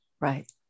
Right